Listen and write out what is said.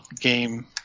game